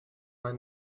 one